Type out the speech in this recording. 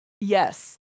Yes